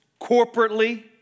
corporately